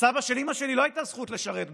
לסבא של אימא שלי לא הייתה זכות לשרת בצה"ל,